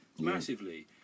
massively